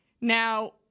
Now